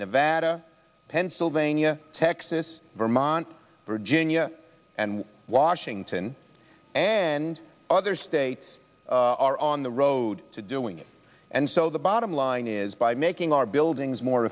nevada pennsylvania texas vermont virginia and washington and other states are on the road to doing it and so the bottom line is by making our buildings more